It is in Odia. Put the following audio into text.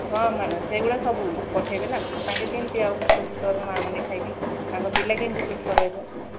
ହଁ ମ୍ୟାଡାମ ସେଇ ଗୁଡ଼ା ସବୁ ପଠେଇବେ ନା ତାଙ୍କେ କେମତି ଆଉ ହୃଷ୍ଟ ପୁଷ୍ଟ ହେବେ ମାଆ ମାନେ ଖାଇକି ତାଙ୍କ ପିଲା କେମତି ସୁସ୍ଥ ରହିବ